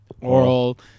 Oral